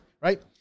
right